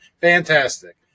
fantastic